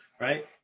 right